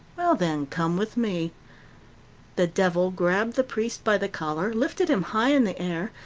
well, then, come with me the devil grabbed the priest by the collar, lifted him high in the air,